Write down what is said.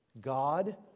God